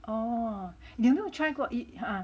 oh 你有没有 try 过一个